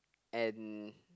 and